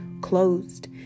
closed